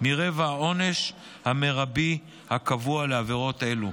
מרבע העונש המרבי הקבוע לעבירות אלו.